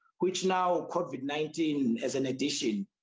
which now, covid nineteen, as an addition,